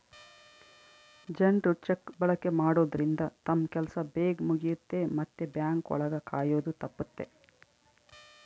ಜನ್ರು ಚೆಕ್ ಬಳಕೆ ಮಾಡೋದ್ರಿಂದ ತಮ್ ಕೆಲ್ಸ ಬೇಗ್ ಮುಗಿಯುತ್ತೆ ಮತ್ತೆ ಬ್ಯಾಂಕ್ ಒಳಗ ಕಾಯೋದು ತಪ್ಪುತ್ತೆ